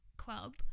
club